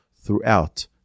throughout